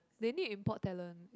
they need import talent